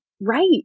right